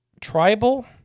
Tribal